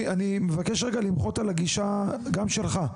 ואני מבקש למחות גם על הגישה שלך,